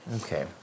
Okay